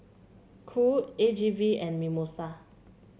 Cool A G V and Mimosa